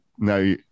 Now